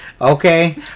Okay